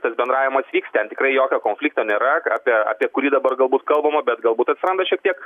tas bendravimas vyks ten tikrai jokio konflikto nėra ką apie apie kurį dabar galbūt kalbama bet galbūt atsiranda šiek tiek